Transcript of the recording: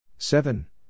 Seven